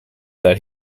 that